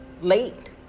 late